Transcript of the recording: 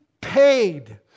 paid